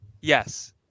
Yes